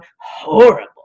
horrible